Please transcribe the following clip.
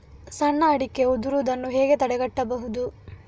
ಸಣ್ಣ ಅಡಿಕೆ ಉದುರುದನ್ನು ಹೇಗೆ ತಡೆಗಟ್ಟಬಹುದು?